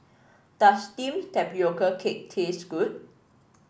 does steamed Tapioca Cake taste good